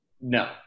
No